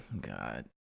God